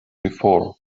before